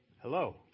Hello